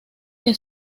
que